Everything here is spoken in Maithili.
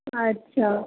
अच्छा